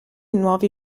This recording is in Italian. nuovi